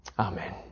Amen